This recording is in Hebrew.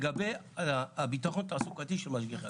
לגבי הביטחון התעסוקתי של משגיחי הכשרות.